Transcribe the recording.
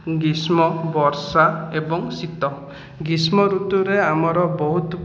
ଗ୍ରୀଷ୍ମ ବର୍ଷା ଏବଂ ଶୀତ ଗ୍ରୀଷ୍ମଋତୁରେ ଆମର ବହୁତ